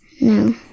No